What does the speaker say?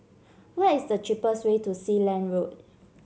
what is the cheapest way to Sealand Road